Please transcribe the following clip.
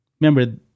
Remember